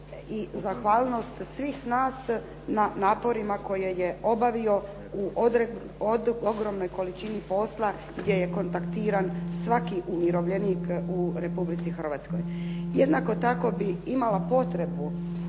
i zahvalnost svih nas na naporima koje je obavio u ogromnoj količini posla gdje je kontaktiran svaki umirovljenik u Republici Hrvatskoj. Jednako tako bih imala potrebu